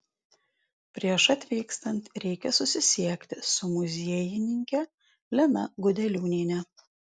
prieš atvykstant reikia susisiekti su muziejininke lina gudeliūniene